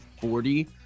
forty